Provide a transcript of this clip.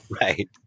Right